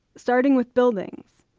starting with buildings.